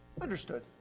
Understood